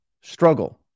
struggle